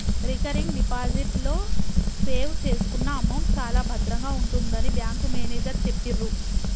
recurring deposit లో save చేసుకున్న amount చాలా భద్రంగా ఉంటుందని బ్యాంకు మేనేజరు చెప్పిర్రు